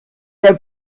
der